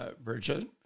Bridget